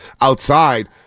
outside